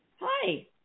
Hi